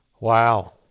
Wow